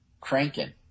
cranking